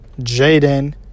Jaden